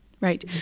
right